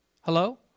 Hello